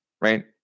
right